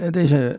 deze